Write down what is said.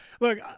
Look